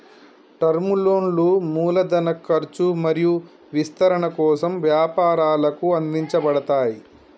term లోన్లు మూలధన ఖర్చు మరియు విస్తరణ కోసం వ్యాపారాలకు అందించబడతయ్